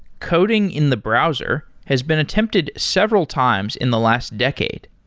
coding in the browser has been attempted several times in the last decade.